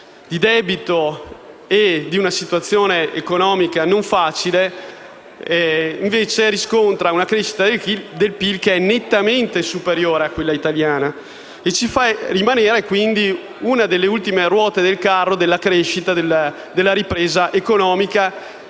il nostro e la sua situazione economica non facile, riscontra una crescita del PIL che è nettamente superiore a quella italiana e ci fa rimanere una delle ultime ruote del carro della crescita e della ripresa economica,